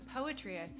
poetry